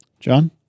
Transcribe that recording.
John